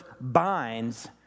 binds